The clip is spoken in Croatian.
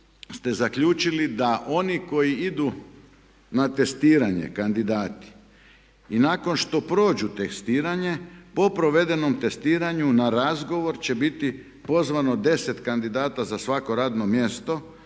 ste zaključili da oni koji idu na testiranje kandidati i nakon što prođu testiranje, po provedenom testiranju na razgovor će biti pozvano 10 kandidata za svako radno mjesto,